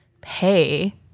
pay